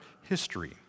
history